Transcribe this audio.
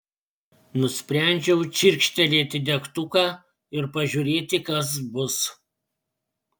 nusprendžiau čirkštelėti degtuką ir pažiūrėti kas bus